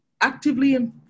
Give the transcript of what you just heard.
actively